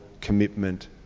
commitment